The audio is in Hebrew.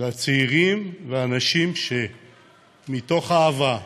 אלה הצעירים והאנשים שמתוך אהבה,